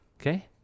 okay